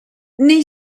nei